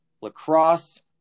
Lacrosse